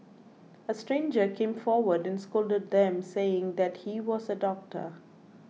a stranger came forward and scolded them saying that he was a doctor